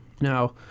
Now